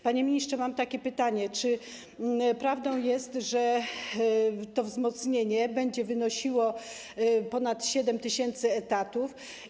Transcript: Panie ministrze, mam takie pytanie: Czy prawdą jest, że to wzmocnienie będzie wynosiło ponad 7 tys. etatów?